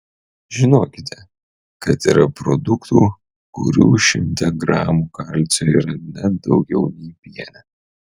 žinokite kad yra produktų kurių šimte gramų kalcio yra net daugiau nei piene